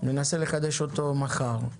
ננסה לחדשו מחר.